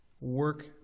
work